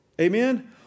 Amen